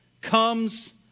comes